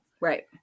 Right